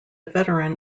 veteran